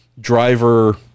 driver